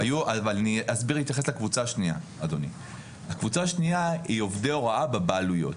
הקבוצה השנייה היא עובדי הוראה בבעלויות.